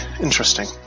Interesting